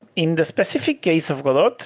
in the specific case of godot,